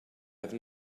have